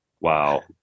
Wow